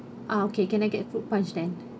uh okay can I get fruit punch then